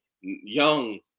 young